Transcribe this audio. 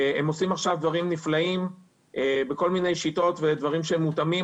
הם עושים עכשיו דברים נפלאים בכל מיני שיטות ודברים שמותאמים,